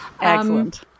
Excellent